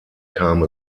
kam